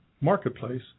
marketplace